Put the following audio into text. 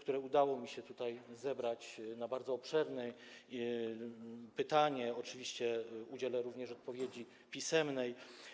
które udało mi się tutaj zebrać, to na to bardzo obszerne pytanie oczywiście udzielę również odpowiedzi pisemnej.